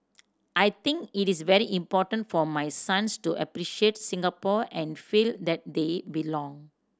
I think it is very important for my sons to appreciate Singapore and feel that they belong